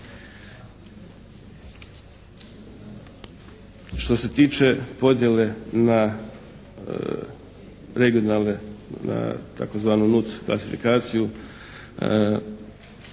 Što se tiče podjele na regionalne tzv. nuc klasifikaciju